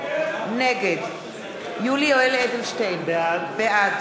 נגד יולי יואל אדלשטיין, בעד